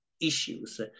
issues